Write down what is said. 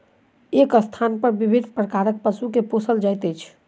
एक स्थानपर विभिन्न प्रकारक पशु के पोसल जाइत छै